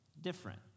different